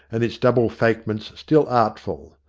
and its double fake ments still artful.